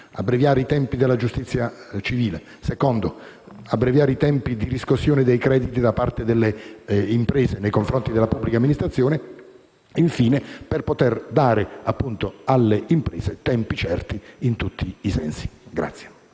abbreviare i tempi della giustizia civile, in secondo luogo per abbreviare i tempi di riscossione dei crediti da parte delle imprese nei confronti della pubblica amministrazione e, infine, per poter dare, appunto, alle imprese tempi certi in tutti i sensi.